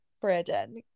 Brandon